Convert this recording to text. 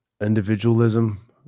individualism